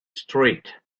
straight